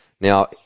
Now